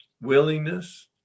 Willingness